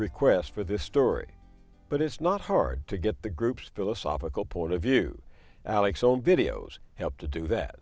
requests for this story but it's not hard to get the group's philosophical point of view alex on videos help to do that